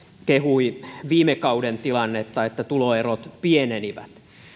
kehui viime kauden tilannetta että tuloerot pienenivät